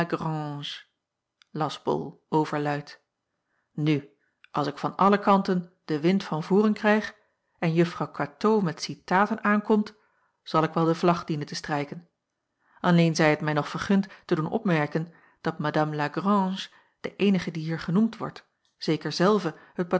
lagrange las bol overluid nu als ik van alle kanten den wind van voren krijg en juffrouw katoo met citaten aankomt zal ik wel de vlag dienen te strijken alleen zij het mij nog vergund te doen opmerken dat madame lagrange de eenige die hier genoemd wordt zeker zelve het